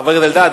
חבר הכנסת אלדד,